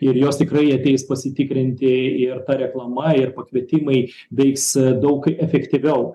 ir jos tikrai ateis pasitikrinti ir ta reklama ir pakvietimai veiks daug efektyviau